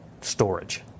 storage